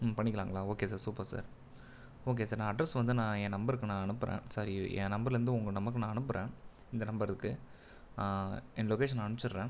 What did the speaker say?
பண்ணிக்கலாங்களா okay sir super sir okay sir நான் address வந்து நான் என் நம்பர்க்கு நான் அனுப்புற சாரி என் நம்பர்லேருந்து உங்க நம்பர்க்கு நான் அனுப்புறன் இந்த நம்பர்க்கு என் லொகேஷன் நான் அனுப்பிச்சிடுறேன்